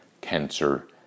cancer